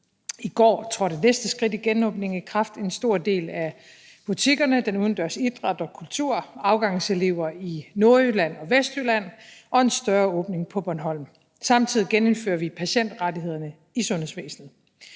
I går trådte næste skridt i genåbningen i kraft, der omhandler en stor del af butikkerne, den udendørs idræt og kultur, afgangselever i Nordjylland og Vestjylland og en større åbning på Bornholm. Samtidig genindfører vi patientrettighederne i sundhedsvæsenet.